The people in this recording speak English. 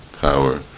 power